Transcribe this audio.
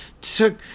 took